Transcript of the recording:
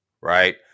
right